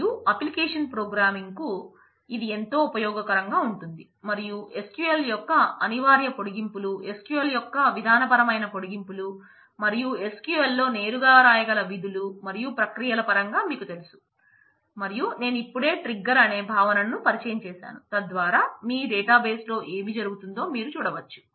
మరియు application programming లో ఏమి జరుగుతుందో మీరు చూడవచ్చు